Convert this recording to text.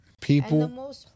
People